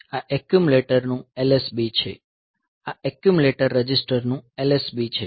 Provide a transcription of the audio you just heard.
આ એક્યુમ્યુલેટર નું LSB છે આ એક્યુમ્યુલેટર રજિસ્ટરનું LSB છે